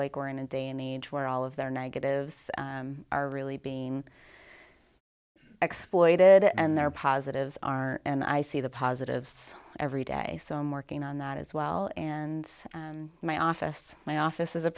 like we're in a day and age where all of their negatives are really being exploited and their positives are and i see the positives every day so i'm working on that as well and my office my office is a